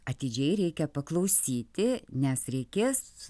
atidžiai reikia paklausyti nes reikės